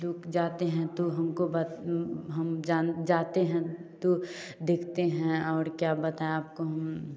लोग जाते हैं तो हमको बताते हैं हम जाते हैं तो देखते हैं और क्या बताए आपको हम